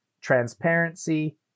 transparency